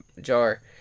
jar